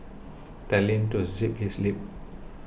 tell him to zip his lip